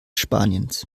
spaniens